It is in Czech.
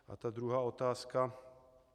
A druhá otázka.